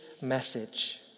message